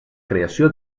creació